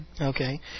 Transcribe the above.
Okay